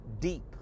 deep